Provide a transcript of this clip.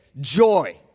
joy